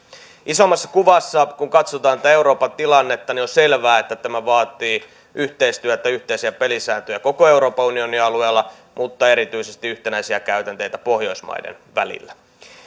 isommassa kuvassa kun katsotaan tätä euroopan tilannetta on selvää että tämä vaatii yhteistyötä ja yhteisiä pelisääntöjä koko euroopan unionin alueella mutta erityisesti yhtenäisiä käytänteitä pohjoismaiden välillä